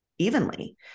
evenly